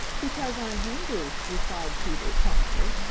because i'm hungry, replied peter promptly.